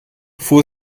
fuhr